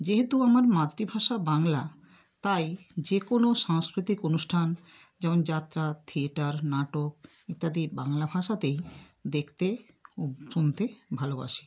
যেহেতু আমার মাতৃভাষা বাংলা তাই যে কোনো সাংস্কৃতিক অনুষ্ঠান যেমন যাত্রা থিয়েটার নাটক ইত্যাদি বাংলা ভাষাতেই দেখতে শুনতে ভালোবাসে